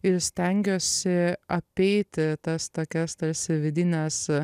ir stengiuosi apeiti tas tokias tarsi vidines